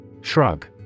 Shrug